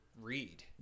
Read